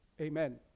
amen